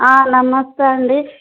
నమస్తే అండి